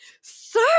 sir